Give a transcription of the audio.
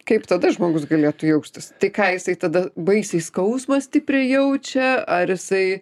kaip tada žmogus galėtų jaustis tai ką jisai tada baisiai skausmą stipriai jaučia ar jisai